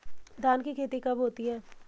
धान की खेती कब होती है?